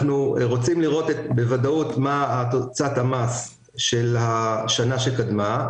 אנחנו רוצים לראות בוודאות מה תוצאת המס של השנה שקדמה,